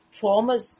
traumas